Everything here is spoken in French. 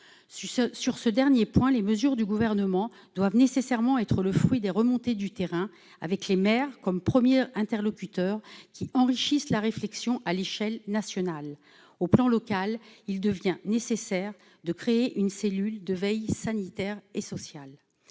Sur ce dernier point, les mesures du Gouvernement doivent nécessairement être le fruit des remontées du terrain, avec les maires comme premiers interlocuteurs qui enrichissent la réflexion à l'échelle nationale. À l'échelon local, il devient nécessaire de créer une cellule de veille sanitaire et sociale.